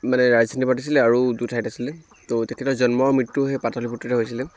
মানে ৰাজধানী পাতিছিলে আৰু দুঠাইত আছিলে ত' তেখেতৰ জন্ম মৃত্য়ু সেই পাটলিপুত্ৰতে হৈছিলে